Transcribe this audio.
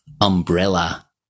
umbrella